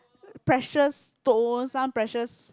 pleasures tons some pleasures